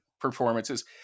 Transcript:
performances